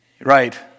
Right